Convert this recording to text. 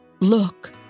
look